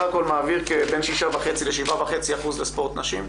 הכול מעביר בין 6.5% ל-7.5% לספורט נשים?